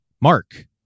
Mark